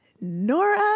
nora